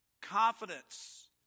Confidence